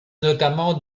notamment